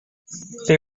they